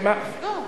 לא.